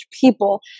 people